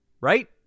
right